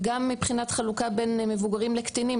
וגם מבחינת חלוקה בין מבוגרים לקטינים,